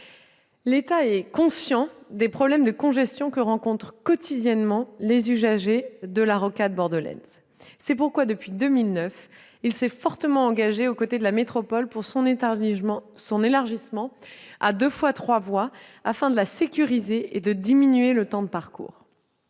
L'État est conscient des problèmes de congestion que rencontrent quotidiennement les usagers de la rocade bordelaise. C'est pourquoi, depuis 2009, il s'est fortement engagé aux côtés de la métropole pour son élargissement à deux fois trois voies, afin de la sécuriser et de diminuer les temps de parcours.